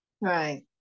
Right